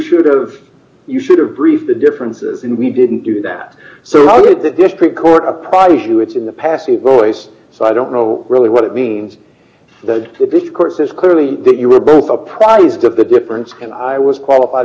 should've you should have briefed the differences and we didn't do that so why would the district court apprised you it's in the passive voice so i don't know really what it means that this court says clearly that you were both surprised at the difference and i was qualified